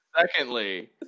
Secondly